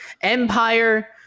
Empire